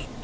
um